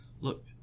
look